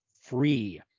free